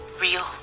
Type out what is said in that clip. real